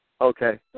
Okay